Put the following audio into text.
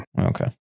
Okay